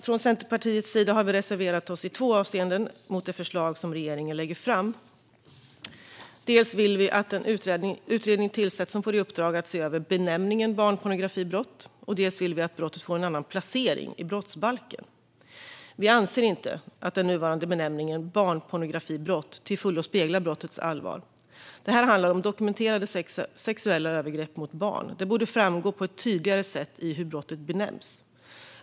Från Centerpartiets sida har vi reserverat oss i två avseenden mot det förslag som regeringen lägger fram. Dels vill vi att en utredning tillsätts som får i uppdrag att se över benämningen barnpornografibrott. Dels vill vi att brottet får en annan placering i brottsbalken. Vi anser inte att den nuvarande benämningen, barnpornografibrott, till fullo speglar brottets allvar. Det här handlar om dokumenterade sexuella övergrepp mot barn. Det borde framgå på ett tydligare sätt i hur brottet benämns.